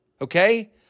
okay